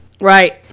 Right